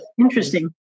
interesting